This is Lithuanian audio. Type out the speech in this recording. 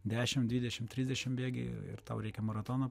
dešim dvidešim trsidešim bėgi ir tau reikia maratoną